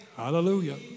Hallelujah